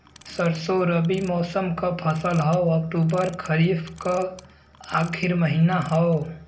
सरसो रबी मौसम क फसल हव अक्टूबर खरीफ क आखिर महीना हव